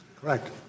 Correct